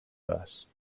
verse